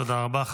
תודה רבה.